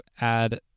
add